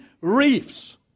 reefs